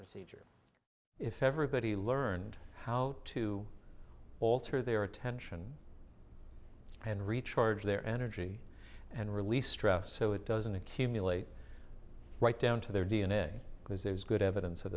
procedure if everybody learned how to alter their attention and recharge their energy and release stress so it doesn't accumulate right down to their d n a because there's good evidence of